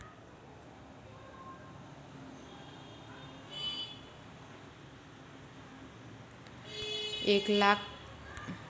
एक लाख रुपयांपेक्षा जास्त शिल्लक असलेल्या खात्यांमध्ये व्याज दर दोन दशांश सात टक्के आहे